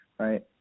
right